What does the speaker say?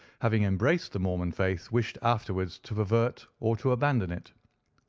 having embraced the mormon faith, wished afterwards to pervert or to abandon it.